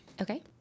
Okay